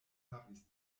havis